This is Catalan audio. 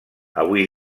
avui